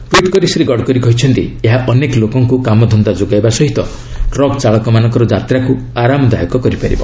tweet କରି ଶ୍ରୀ ଗଡ଼କରୀ କହିଛନ୍ତି ଏହା ଅନେକ ଲୋକଙ୍କୁ କାମଧନ୍ଦା ଯୋଗାଇବା ସହ ଟ୍ରକ୍ ଚାଳକମାନଙ୍କର ଯାତ୍ରାକୁ ଆରାମଦାୟକ କରିପାରିବ